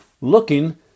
looking